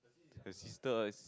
her sister is